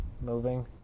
moving